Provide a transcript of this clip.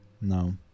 No